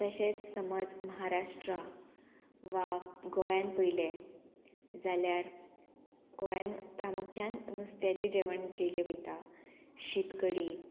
तशेंच समज महाराष्ट्रा वा गोंयान पयले जाल्यार गोंयान प्रामुख्यान नुस्त्याचें जेवण जेलें वयता शीत कडी